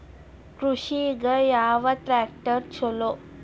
ಕೃಷಿಗ ಯಾವ ಟ್ರ್ಯಾಕ್ಟರ್ ಛಲೋ?